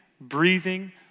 breathing